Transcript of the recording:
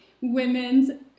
women's